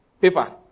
paper